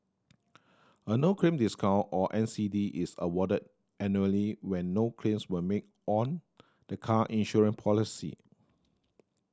a no claim discount or N C D is awarded annually when no claims were made on the car insurance policy